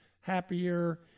happier